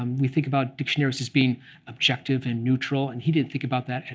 um we think about dictionaries as being objective and neutral. and he didn't think about that.